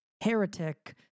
heretic